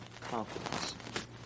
confidence